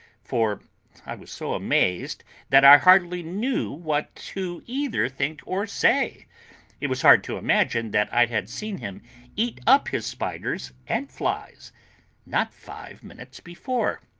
for i was so amazed that i hardly knew what to either think or say it was hard to imagine that i had seen him eat up his spiders and flies not five minutes before.